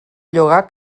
llogar